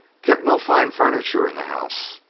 kept no fine furniture in the house,